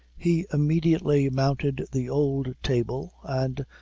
he immediately mounted the old table, and,